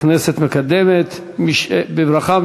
הכנסת מקדמת בברכה,